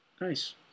Nice